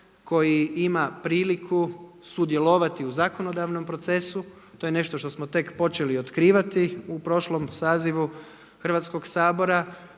koji ima priliku sudjelovati u zakonodavnom procesu. To je nešto što smo tek počeli otkrivati u prošlom sazivu Hrvatskog sabora,